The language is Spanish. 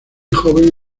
joven